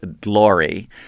glory